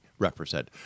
represent